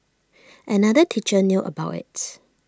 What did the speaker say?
another teacher knew about IT